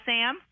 Sam